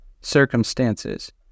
circumstances